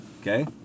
Okay